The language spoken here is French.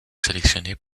sélectionnés